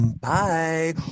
bye